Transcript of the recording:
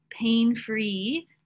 pain-free